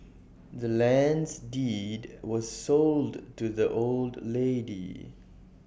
the land's deed was sold to the old lady